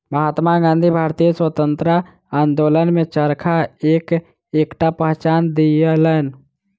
महात्मा गाँधी भारतीय स्वतंत्रता आंदोलन में चरखा के एकटा पहचान दियौलैन